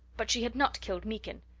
but she had not killed meekin.